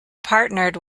partnered